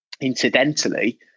incidentally